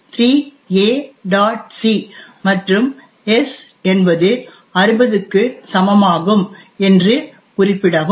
c மற்றும் s என்பது 60 க்கு சமமாகும் என்று குறிப்பிடவும்